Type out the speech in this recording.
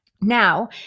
Now